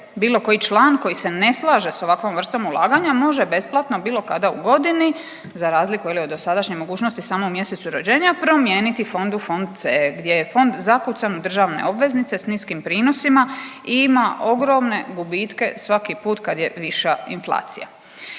Bilo koji član koji se ne slaže s ovakvom vrstom ulaganja može besplatno bilo kada u godini, za razliku je li od dosadašnje mogućnosti, samo u mjesecu rođenja promijeniti fond u fond C gdje je fond zakucan u državne obveznice s niskim prinosima i ima ogromne gubitke svaki puta kad je više inflacija.